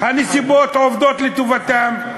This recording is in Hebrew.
הנסיבות עובדות לטובתם.